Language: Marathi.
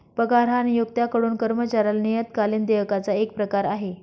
पगार हा नियोक्त्याकडून कर्मचाऱ्याला नियतकालिक देयकाचा एक प्रकार आहे